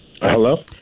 Hello